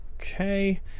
Okay